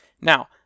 Now